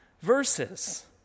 verses